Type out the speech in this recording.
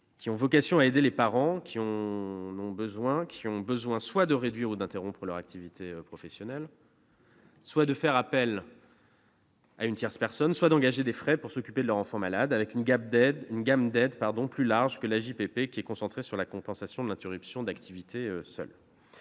qui ont vocation à aider les parents ayant besoin soit de réduire ou d'interrompre leur activité professionnelle, soit de faire appel à une tierce personne, soit d'engager des frais pour s'occuper de leur enfant malade, avec une gamme d'aides plus large que l'AJPP, qui est concentrée sur la seule compensation de l'interruption d'activité.